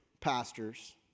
pastors